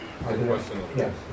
Yes